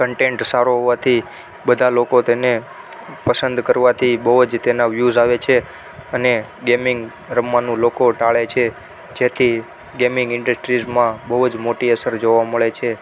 content સારો હોવાથી બધા લોકો તેને પસંદ કરવાથી બહુ જ તેના વ્યુવ્ઝ આવે છે અને ગેમિંગ રમવાનું લોકો ટાળે છે જેથી ગેમિંગ ઇન્ડસ્ટ્રીઝમાં બહુ જ મોટી અસર જોવા મળે છે